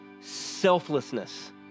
Selflessness